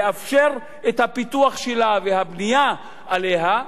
לאפשר את הפיתוח שלה והבנייה עליה,